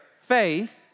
faith